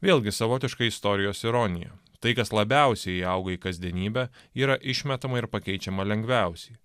vėlgi savotiška istorijos ironija tai kas labiausiai įauga į kasdienybę yra išmetama ir pakeičiama lengviausiai